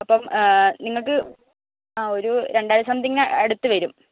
അപ്പോൾ നിങ്ങൾക്ക് ആ ഒരു രണ്ടായിരത്തി സംതിങ്ങിന് അടുത്ത് വരും